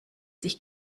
sich